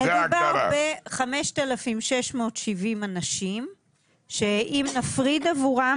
מדובר ב-5,670 אנשים שאם נפריד עבורם,